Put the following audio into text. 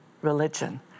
religion